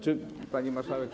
Czy pani marszałek.